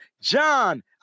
John